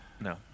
No